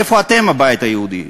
איפה אתם, הבית היהודי?